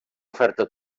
oferta